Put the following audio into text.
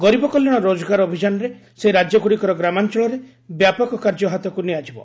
ଗରିବ କଲ୍ୟାଣ ରୋଜଗାର ଅଭିଯାନରେ ସେହି ରାଜ୍ୟଗୁଡ଼ିକର ଗ୍ରାମାଞ୍ଚଳରେ ବ୍ୟାପକ କାର୍ଯ୍ୟ ହାତକୁ ନିଆଯିବ